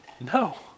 No